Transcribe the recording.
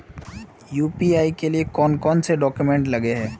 UPI के लिए कौन कौन से डॉक्यूमेंट लगे है?